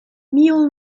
mule